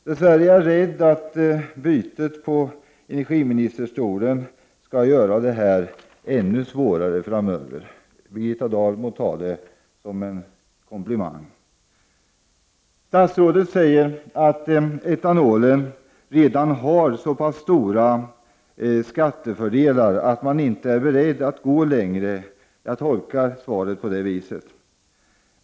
Dess värre är jag rädd för att bytet på energiministerstolen kan göra det ännu svårare framöver. Birgitta Dahl får ta detta som en komplimang. Statsrådet säger att etanolen redan har så stora skattefördelar att man inte är beredd att gå längre. Jag tolkar svaret på det viset.